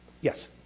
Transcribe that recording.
Yes